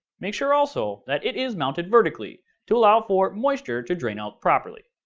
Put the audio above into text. make sure also, that it is mounted vertically to allow for moisture to drain out properly.